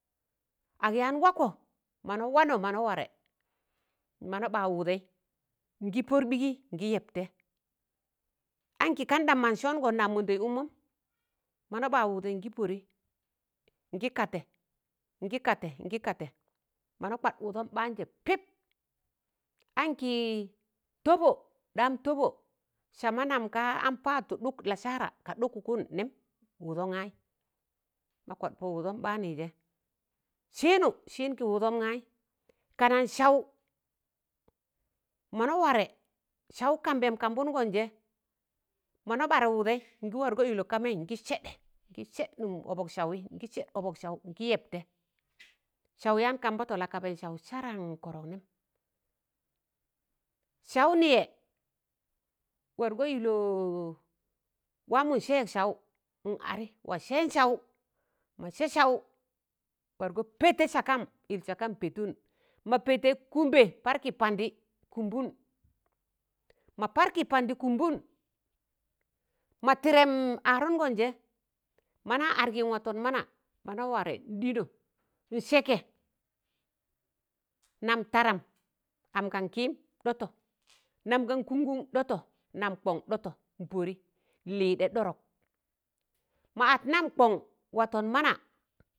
Ag yaan wakọ mana wanọ mana ware mana ba wụdei ngi pọk ɓigi ngi yepte anki kandam mọn sọọngọn na mọndei ụkmọm mọna ɓa wụdei ngi pọdei ngi kate, ngi kate, ngi kate mọ na kwad wụdọm ɓ̣aanje pip anki tọbọ daam tọbọ sama namga am paadtụ ɗụk lasaara ka ɗụkụkụn nem wụdọn ngai mọ kwad pọ wụdọm ḅaanụ je siinụ siin ki wụdọm ngai kanan saụ mọna ware saụ kambem kambụṇọn je mọna ɓare wụrei ngi wargọ ile kamẹi ngi sẹḍẹ ngi sẹḍẹ nụm ọbọk saụ ngi yepte saụ yaan kambụtọ lakaban saụ saraaṇ kọrọk nem saụ niyẹ wargọ ilọọ waamụ sẹk saụ n ari waa sẹẹn saụ ma sẹ saụ, wargọ pẹtẹ sakam il sakam pẹtụn ma pẹtẹ, kụmbe par ki pandi kụmbụn, ma par ki pandi kụmbụn ma tirem arụṇọn je ma na argi watọn mana, mana warẹ nḍinọ nsẹkẹ nam tadam am kan kiim dọtọ nam kụṇkụṇ dọtọ nam kwọṇ ɗọtọ n'pọri nliḍẹ ɗọrọk ma at nam kwọṇ watọn mana.